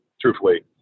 truthfully